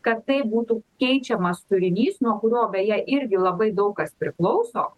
kad tai būtų keičiamas turinys nuo kurio beje irgi labai daug kas priklauso